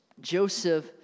Joseph